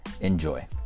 Enjoy